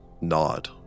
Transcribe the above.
nod